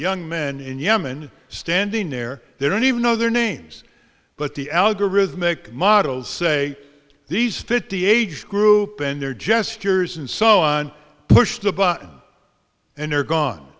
young men in yemen standing there they don't even know their names but the algorithmic models say these fifty age group and their gestures and so on pushed a button and they're gone